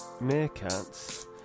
meerkats